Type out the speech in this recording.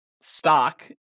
stock